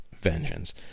vengeance